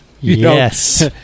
Yes